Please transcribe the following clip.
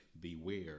Beware